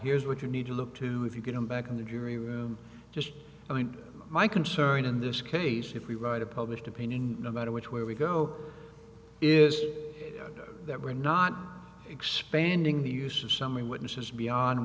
here is what you need to look to if you get him back on the jury room just i mean my concern in this case if we write a published opinion no matter which way we go is that we're not expanding the use of some witnesses beyond